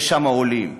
יש שם עולים.